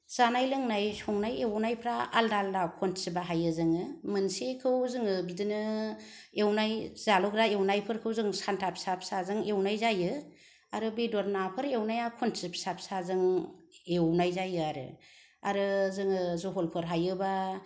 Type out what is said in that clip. जानाय लोंनाय संनाय एवनायफ्रा आलादा आलादा खन्थि बाहायो जोङो मोनसेखौ जोङो बिदिनो एवनाय जालुग्रा एवनायफोरखौ जों सान्था फिसा फिसाजों एवनाय जायो आरो बेदर नाफोर एवनाया खन्थि फिसा फिसाजों एवनाय जायो आरो आरो जोङो जलफोर हायोबा